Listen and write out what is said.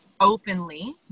openly